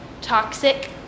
Toxic